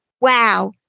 wow